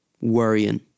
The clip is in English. worrying